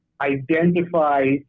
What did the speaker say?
identify